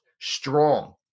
strong